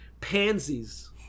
pansies